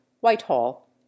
Whitehall